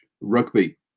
rugby